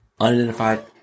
Unidentified